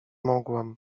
mogłam